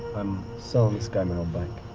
i'm selling this guy my old bike.